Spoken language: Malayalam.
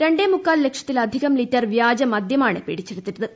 രണ്ടേമുക്കാൽ ലക്ഷത്തിലധികം ലിറ്റർ വ്യാജ മദ്യമാണ് പിടിച്ചെടുത്തത്